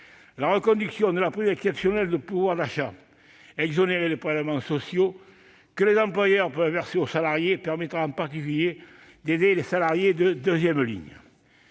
La reconduction de la prime exceptionnelle de pouvoir d'achat, exonérée de prélèvements sociaux, que les employeurs peuvent verser aux salariés permettra en particulier d'aider les salariés de deuxième ligne.